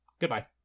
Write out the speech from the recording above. Goodbye